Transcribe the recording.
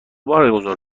برگزار